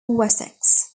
wessex